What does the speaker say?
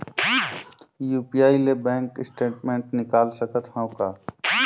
UPI ले bank statement निकाल सकत हवं का?